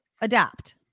adapt